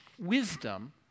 wisdom